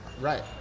Right